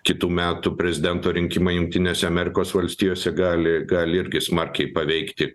kitų metų prezidento rinkimai jungtinėse amerikos valstijose gali gali irgi smarkiai paveikti